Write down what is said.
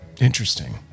Interesting